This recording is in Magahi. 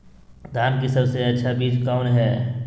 धान की सबसे अच्छा बीज कौन है?